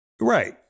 Right